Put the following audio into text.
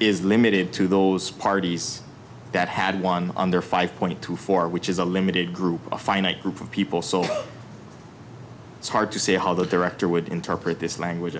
is limited to those parties that had one under five point two four which is a limited group a finite group of people so it's hard to see how the director would interpret this language